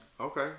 Okay